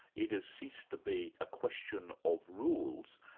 it has ceased to be a question of rules,